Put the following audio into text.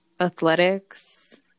athletics